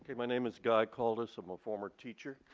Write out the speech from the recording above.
my name is gad carlos. i'm a former teacher.